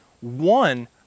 One